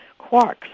quarks